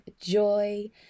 joy